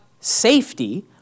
safety